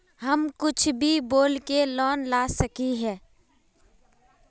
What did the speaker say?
हम कुछ भी बोल के लोन ला सके हिये?